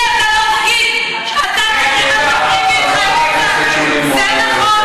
אתה לא תדבר אתי על מי שמקריב לצבא, חייל צה"ל,